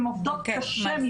הן עובדות קשה.